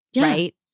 right